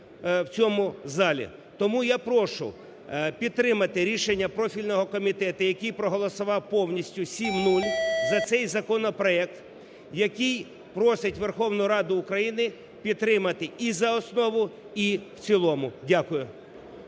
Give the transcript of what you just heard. Тому я прошу підтримати рішення профільного комітету, який проголосував повністю 7:0 за цей законопроект, який просить Верховну Раду України підтримати і за основу, і в цілому. Дякую.